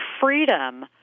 freedom